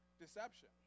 Deception